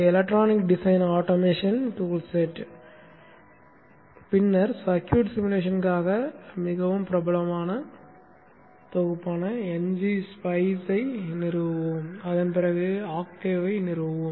electronic design automation toolset பின்னர் circuit சிமுலேஷனுக்கான மிகவும் பிரபலமான தொகுப்பான ngSpice ஐ நிறுவுவோம் அதன் பிறகு ஆக்டேவை நிறுவுவோம்